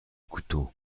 couteau